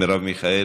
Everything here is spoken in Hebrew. מרב מיכאלי,